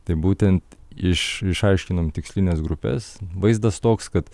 tai būtent iš išaiškinom tikslines grupes vaizdas toks kad